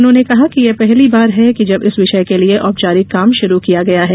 उन्होंने कहा कि यह पहली बार है जब इस विषय के लिए औपचारिक काम शुरू किया गया है